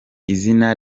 izina